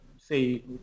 say